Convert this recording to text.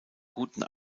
guten